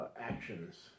Actions